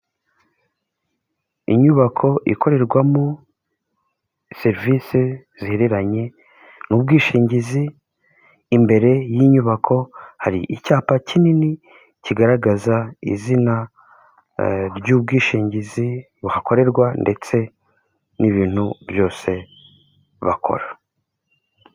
Inyubako ikorerwamo serivisi zihereranye n'ubwishingizi, imbere y'inyubako hari icyapa kinini, kigaragaza izina ry'ubwishingizi buhakorerwa, ndetse n'ibintu byose bakora.